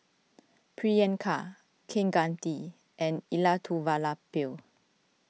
Priyanka Kaneganti and Elattuvalapil